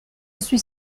suis